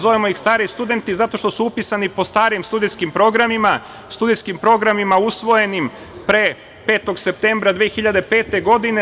Zovemo ih stari studenti zato što su upisani po starim studijskim programima, studentskim programima usvojenim pre 5. septembra 2005. godine.